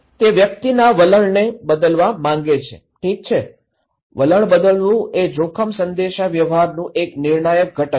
તે વ્યક્તિના વલણને બદલવા માંગે છે ઠીક છે વલણ બદલવું એ જોખમ સંદેશાવ્યવહારનું એક નિર્ણાયક ઘટક છે